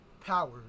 power